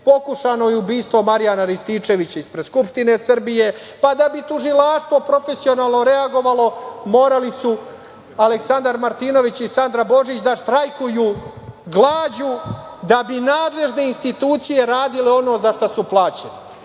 Pokušano je ubistvo Marijana Rističevića ispred Skupštine Srbije. Pa, da bi tužilaštvo profesionalno reagovalo morali su Aleksandar Martinović i Sandra Božić da štrajkuju glađu da bi nadležne institucije radile ono za šta su plaćene.